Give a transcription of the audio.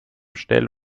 schnell